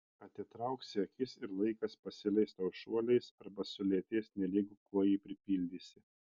atitrauksi akis ir laikas pasileis tau šuoliais arba sulėtės nelygu kuo jį pripildysi